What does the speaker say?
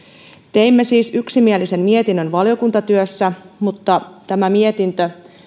teimme siis yksimielisen mietinnön valiokuntatyössä mutta tämä mietintö